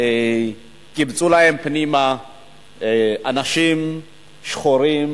קיבצו להם פנימה אנשים שחורים,